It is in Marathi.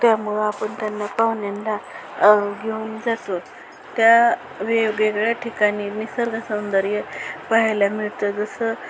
त्यामुळं आपण त्यांना पाहुण्यांना घेऊन जातो त्या वेगवेगळ्या ठिकाणी निसर्ग सौंदर्य पाहायला मिळतं जसं